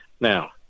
Now